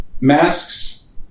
masks